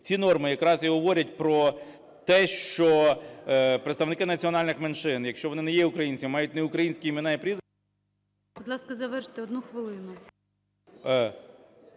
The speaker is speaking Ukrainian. Ці норми якраз і говорять про те, що представники національних меншин, якщо вони не є українцями, мають неукраїнські імена і прізвища…